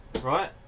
right